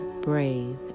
brave